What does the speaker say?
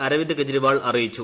അരവിന്ദ് കെജ്രിവാൾ അറിയിച്ചു